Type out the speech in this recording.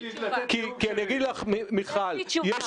מיכל,